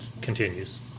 continues